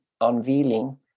unveiling